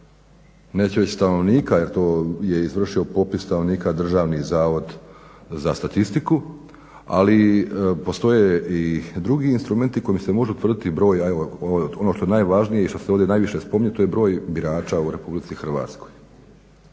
neću reći stanovnika jer to je izvršio popis stanovnika Državni zavod za statistiku. Ali postoje i drugi instrumenti kojima se može utvrditi broj, a evo ovo je ono što je najvažnije i što se ovdje najviše spominje to je broj birača u Republici Hrvatskoj.